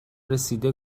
رسیده